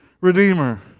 redeemer